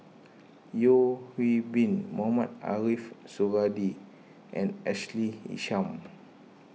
Yeo Hwee Bin Mohamed Ariff Suradi and Ashley Isham